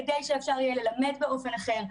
כדי שאפשר יהיה ללמד באופן אחר.